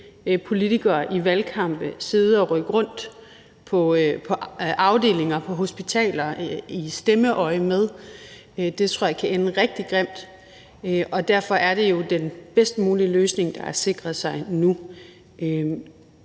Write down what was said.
politikere i valgkampe sidde og rykke rundt på afdelinger på hospitaler i stemmeøjemed. Det tror jeg kan ende rigtig grimt. Derfor er det jo den bedst mulige løsning at sikre sig nu,